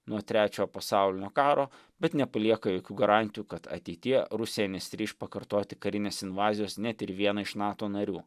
nuo trečiojo pasaulinio karo bet nepalieka jokių garantijų kad ateityje rusija nesiryš pakartoti karinės invazijos net ir į vieną iš nato narių